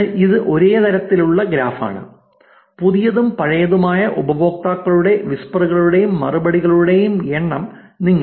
അതിനാൽ ഇത് ഒരേ തരത്തിലുള്ള ഗ്രാഫാണ് പുതിയതും പഴയതുമായ ഉപയോക്താക്കളുടെ വിസ്പറുകളുടെയും മറുപടികളുടെയും എണ്ണം നിങ്ങൾ കാണും